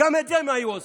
גם את זה הם היו עושים.